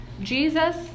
Jesus